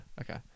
Okay